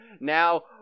now